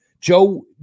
Joe